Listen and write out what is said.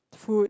food